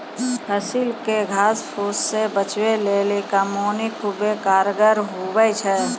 फसिल के घास फुस से बचबै लेली कमौनी खुबै कारगर हुवै छै